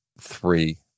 three